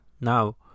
Now